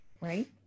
right